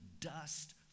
dust